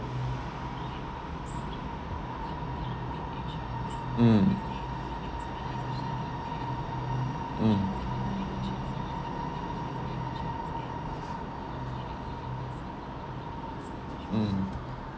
mm mm mm